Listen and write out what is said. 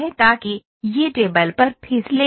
ताकि यह टेबल पर फिसले नहीं